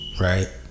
right